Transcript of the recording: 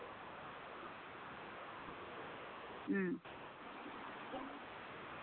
ᱦᱩᱸ